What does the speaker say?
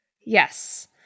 Yes